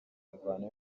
imvano